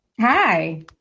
Hi